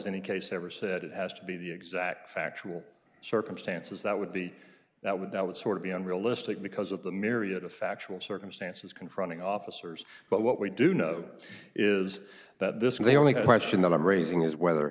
any case ever said it has to be the exact factual circumstances that would be that would that would sort of be unrealistic because of the myriad of factual circumstances confronting officers but what we do know is that this is the only question that i'm raising is whether